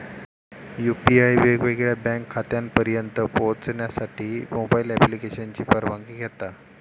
UPI वेगवेगळ्या bank खात्यांपर्यंत पोहचण्यासाठी मोबाईल ॲप्लिकेशनची परवानगी घेता